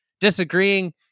disagreeing